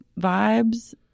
vibes